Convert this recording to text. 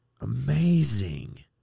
Amazing